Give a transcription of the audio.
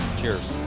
Cheers